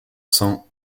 cents